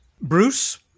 Bruce